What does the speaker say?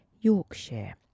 Yorkshire